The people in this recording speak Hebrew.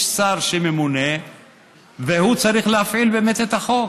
יש שר שממונה והוא צריך להפעיל באמת את החוק,